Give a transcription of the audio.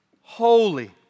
holy